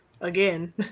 Again